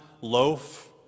loaf